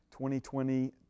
2020